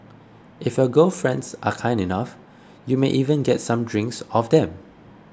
if your gal friends are kind enough you may even get some drinks off them